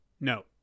no